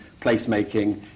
placemaking